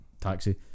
taxi